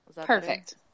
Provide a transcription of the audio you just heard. Perfect